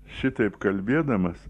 šitaip kalbėdamas